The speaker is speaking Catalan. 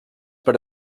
per